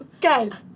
Guys